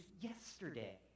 yesterday